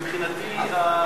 רק מבחינתי,